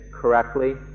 correctly